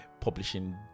publishing